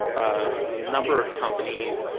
a number of companies,